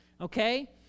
Okay